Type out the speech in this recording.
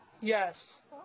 Yes